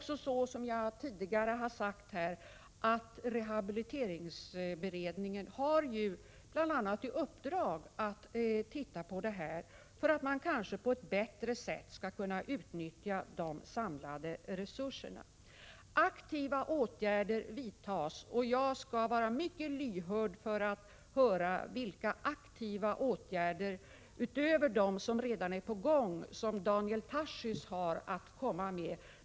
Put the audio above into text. Som jag tidigare har sagt, har rehabiliteringsberedningen bl.a. i uppdrag att titta på det här för att man eventuellt skall kunna utnyttja de samlade resurserna på ett bättre sätt. Aktiva åtgärder vidtas, och jag skall vara mycket lyhörd för vilka aktiva åtgärder — utöver dem som redan är på gång — som Daniel Tarschys har att komma med.